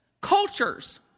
cultures